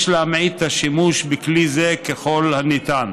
יש להמעיט בשימוש בכלי זה ככל הניתן.